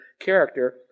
character